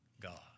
God